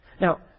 Now